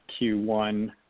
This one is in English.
Q1